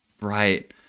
Right